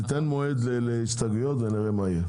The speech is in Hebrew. תיתן מועד להסתייגויות ונראה מה יהיה.